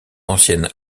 ancienne